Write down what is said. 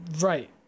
Right